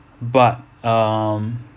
but um